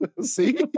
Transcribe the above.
See